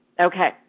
Okay